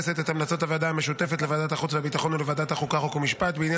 לשנת התקציב 2025) (הקפאת עדכוני מס ומס יסף),